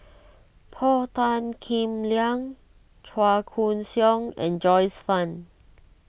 Paul Tan Kim Liang Chua Koon Siong and Joyce Fan